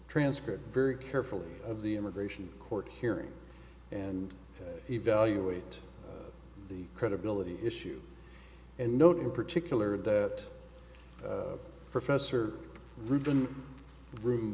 transcript very carefully of the immigration court hearing and evaluate the credibility issue and note in particular that professor reuben r